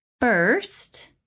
first